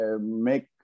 make